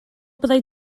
byddai